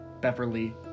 Beverly